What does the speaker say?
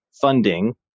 funding